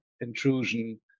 intrusion